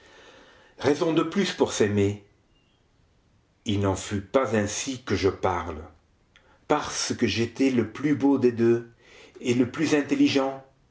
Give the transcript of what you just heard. raison de plus pour s'aimer il n'en fut pas ainsi que je parle parce que j'étais le plus beau des deux et le plus intelligent